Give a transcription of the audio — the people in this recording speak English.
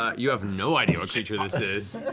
um you have no idea what creature this is.